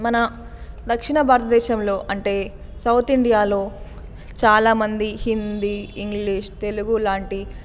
మన దక్షిణ భారతదేశంలో అంటే సౌత్ ఇండియాలో చాలామంది హిందీ ఇంగ్లీష్ తెలుగు లాంటి